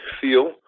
feel